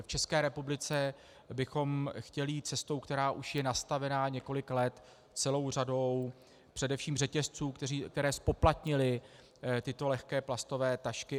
V České republice bychom chtěli jít cestou, která už je nastavena několik let celou řadou především řetězců, které zpoplatnily tyto lehké plastové tašky.